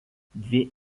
dvi